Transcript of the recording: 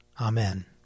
Amen